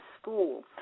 school